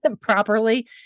properly